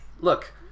Look